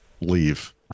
leave